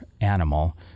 animal